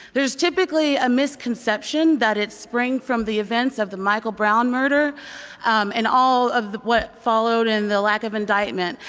there's typically a misconception that it sprang from the events of the michael brown murder and all of what followed and the lack of indictment.